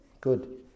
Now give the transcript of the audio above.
Good